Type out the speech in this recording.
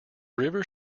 river